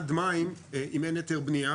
מד מים אם אין היתר בנייה.